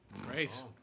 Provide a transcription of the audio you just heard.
Great